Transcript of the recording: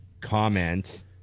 comment